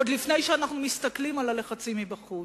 עוד לפני שאנחנו מסתכלים על לחצים מבחוץ.